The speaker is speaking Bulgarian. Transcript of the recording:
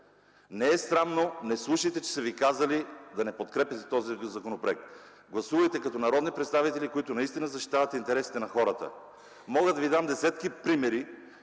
Не е срамно. Не слушайте, че са ви казали да не подкрепяте този законопроект. Гласувайте като народни представители, които наистина защитават интересите на хората! Мога да ви дам десетки примери.